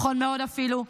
נכון מאוד אפילו,